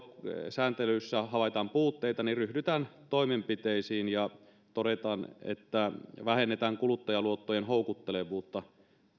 sääntelyssä havaitaan puutteita niin ryhdytään toimenpiteisiin ja siellä todetaan että vähennetään kuluttajaluottojen houkuttelevuutta